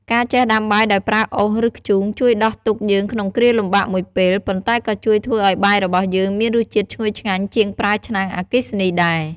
ការចេះដាំបាយដោយប្រើអុស ឬ ធ្យូងជួយដោះទុក្ខយើងក្នុងគ្រាលំបាកមួយពេល ប៉ុន្តែក៏ជួយធ្វើឱ្យបាយរបស់យើងមានរសជាតិឈ្ងុយឆ្ងាញ់ជាងប្រើឆ្នាំងអគ្គីសនីដែរ។